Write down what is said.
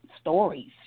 stories